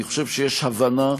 אני חושב שיש הבנה,